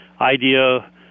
idea